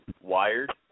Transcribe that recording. wired